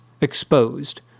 exposed